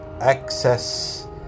access